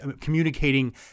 communicating